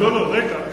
לא, רגע.